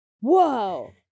Whoa